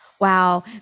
Wow